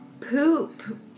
poop